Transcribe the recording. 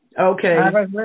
Okay